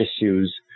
issues